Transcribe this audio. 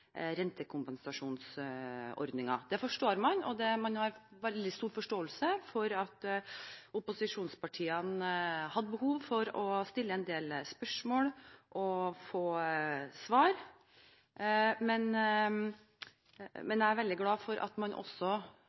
rentekompensasjonsordningen. Det forstår man, og man har veldig stor forståelse for at opposisjonspartiene hadde behov for å stille en del spørsmål og få svar, men jeg er veldig glad for at man også